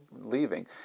leaving